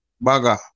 Baga